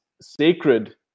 sacred